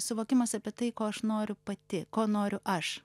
suvokimas apie tai ko aš noriu pati ko noriu aš